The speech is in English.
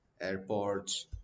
airports